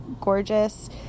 gorgeous